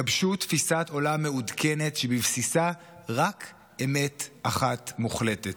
גבשו תפיסת עולם מעודכנת שבבסיסה רק אמת אחת מוחלטת,